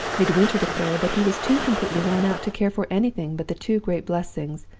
midwinter declared that he was too completely worn out to care for anything but the two great blessings,